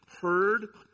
heard